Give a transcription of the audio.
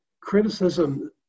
criticism